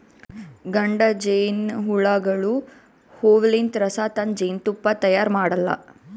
ಗಂಡ ಜೇನಹುಳಗೋಳು ಹೂವಲಿಂತ್ ರಸ ತಂದ್ ಜೇನ್ತುಪ್ಪಾ ತೈಯಾರ್ ಮಾಡಲ್ಲಾ